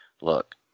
look